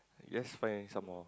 let's find some more